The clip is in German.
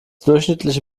durchschnittliche